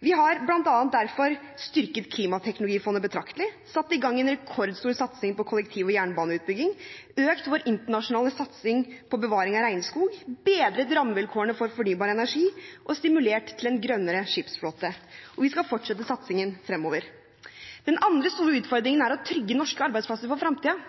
Vi har bl.a. derfor styrket Klimateknologifondet betraktelig satt i gang en rekordstor satsing på kollektiv- og jernbaneutbygging økt vår internasjonale satsing på bevaring av regnskog bedret rammevilkårene for fornybar energi stimulert til en grønnere skipsflåte Og vi skal fortsette satsingen fremover. Den andre store utfordringen er å trygge norske arbeidsplasser for fremtiden.